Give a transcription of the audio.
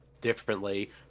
differently